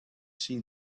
see